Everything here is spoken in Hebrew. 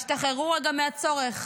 תשתחררו רגע מהצורך